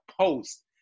post